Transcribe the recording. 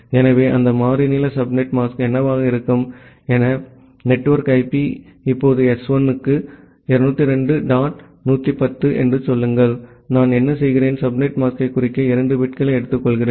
எனவே அந்த மாறி நீள சப்நெட் மாஸ்க் என்னவாக இருக்கும் என் நெட்வொர்க் ஐபி இப்போது எஸ் 1 க்கு 202 டாட் 110 என்று சொல்லுங்கள் நான் என்ன செய்கிறேன் சப்நெட் மாஸ்க்கைக் குறிக்க 2 பிட்களை எடுத்துக்கொள்கிறேன்